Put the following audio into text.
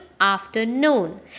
afternoon